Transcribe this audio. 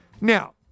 Now